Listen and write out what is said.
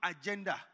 agenda